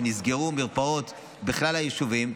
כשנסגרו מרפאות בכלל היישובים,